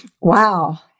wow